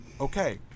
Okay